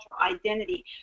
identity